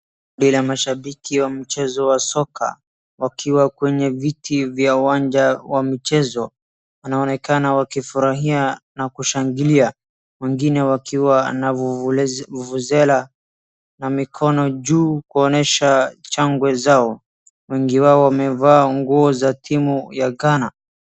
Bila mashabiki wa mchezo wa soka wakiwa kwenye viti vya uwanja wa michezo. Wanaonekana wakifurahia na kushangilia. Wengine wakiwa na vuvuzela na mikono juu kuonyesha shangwe zao. Wengi wao wamevaa nguo za timu ya Ghana.